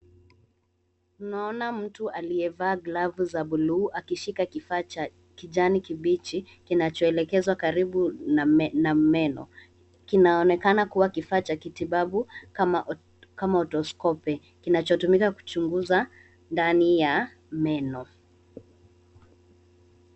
Tunaona mtu aliyevaa glovu za bluu akishika kifaa cha kijani kibichi kinachoelekezwa karibu na meno. Kinaonekana kuwa kifaa cha kitibabu kama Orthoscope kinachotumika kuchunguza ndani ya meno.